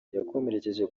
yakomerekeje